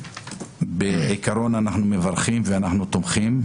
בעיקרון אנחנו מברכים ואנחנו תומכים,